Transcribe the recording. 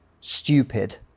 stupid